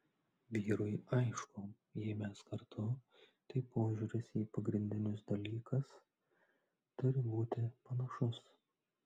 vyrui aišku jei mes kartu tai požiūris į pagrindinius dalykas turi būti panašus